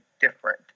different